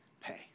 pay